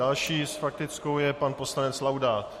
Další s faktickou je pan poslanec Laudát.